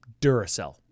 Duracell